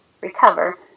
recover